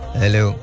hello